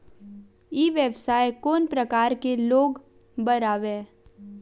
ई व्यवसाय कोन प्रकार के लोग बर आवे?